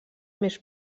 més